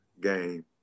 game